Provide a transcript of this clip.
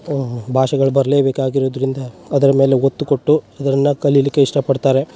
ಭಾಷೆಗಳು ಬರಲೇಬೇಕಾಗಿರುದ್ರಿಂದ ಅದರ ಮೇಲೆ ಒತ್ತು ಕೊಟ್ಟು ಅದನ್ನು ಕಲಿಯಲಿಕ್ಕೆ ಇಷ್ಟಪಡ್ತಾರೆ